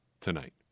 tonight